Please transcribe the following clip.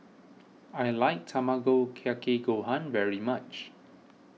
I like Tamago Kake Gohan very much